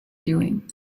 doing